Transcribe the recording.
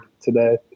today